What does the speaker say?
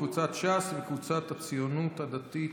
קבוצת סיעת ש"ס וקבוצת סיעת הציונות הדתית,